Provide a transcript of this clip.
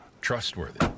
trustworthy